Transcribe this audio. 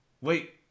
Wait